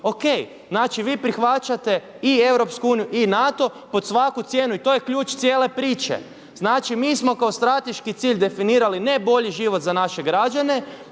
O.k. Znači, vi prihvaćate i EU i NATO pod svaku cijenu i to je ključ cijele priče. Znači, mi smo kao strateški cilj definirali ne bolji život za naše građane,